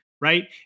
right